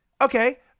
Okay